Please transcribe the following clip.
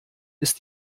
ist